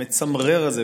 המצמרר הזה,